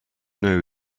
know